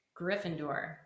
Gryffindor